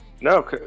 No